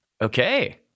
Okay